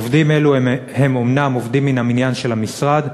עובדים אלו הם אומנם עובדים מן המניין של המשרד,